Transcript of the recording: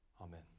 Amen